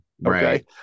Right